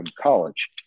college